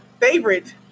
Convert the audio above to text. favorite